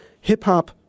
hip-hop